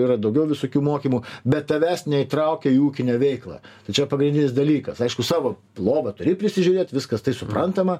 yra daugiau visokių mokymų bet tavęs neįtraukia į ūkinę veiklą tai čia pagrindinis dalykas aišku savo lovą turi prisižiūrėt viskas tai suprantama